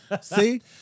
See